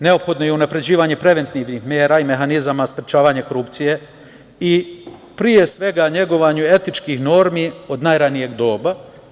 Neophodno je unapređivanje preventivnih mera i mehanizama sprečavanja korupcije i pre svega negovanju etičkih normi od najranijeg doba.